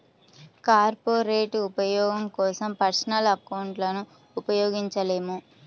corporate ఉపయోగం కోసం personal అకౌంట్లను ఉపయోగించలేము